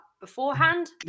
beforehand